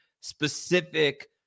specific